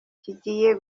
kigiye